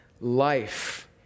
life